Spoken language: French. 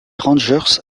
rangers